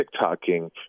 TikToking